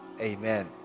amen